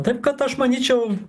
taip kad aš manyčiau